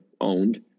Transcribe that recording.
owned